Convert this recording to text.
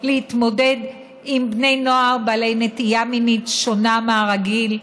להתמודד עם בני נוער בעלי נטייה מינית שונה מהרגיל,